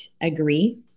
agree